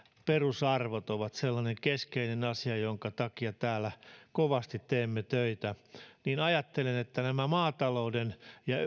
perusarvot ovat sellainen keskeinen asia jonka takia täällä kovasti teemme töitä ja ajattelen että maatalouden ja